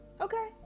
okay